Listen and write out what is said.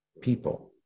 people